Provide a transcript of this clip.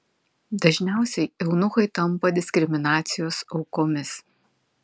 dažniausiai eunuchai tampa diskriminacijos aukomis